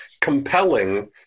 compelling